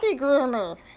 groomer